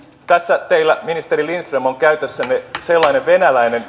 tässä teillä ministeri lindström on käytössänne sellainen venäläinen